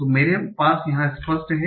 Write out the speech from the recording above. तो मेरे पास यहा स्पष्ट है